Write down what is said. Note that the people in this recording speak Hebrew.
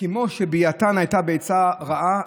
שביאתן הייתה בעצה רעה,